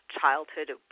childhood